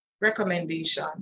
recommendation